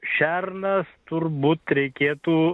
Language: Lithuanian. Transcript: šernas turbūt reikėtų